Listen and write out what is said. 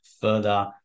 further